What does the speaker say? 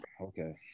Okay